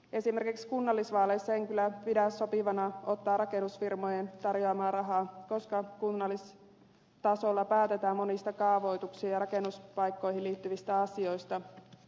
esimerkiksi kunnallisvaaleissa en kyllä pidä sopivana ottaa rakennusfirmojen tarjoamaa rahaa koska kunnallistasolla päätetään monista kaavoituksiin ja rakennuspaikkoihin liittyvistä asioista